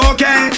Okay